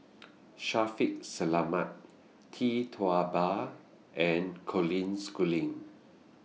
Shaffiq Selamat Tee Tua Ba and Colin Schooling